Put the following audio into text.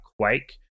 Quake